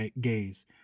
gaze